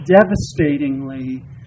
devastatingly